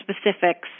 specifics